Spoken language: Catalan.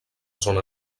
zona